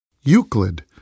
Euclid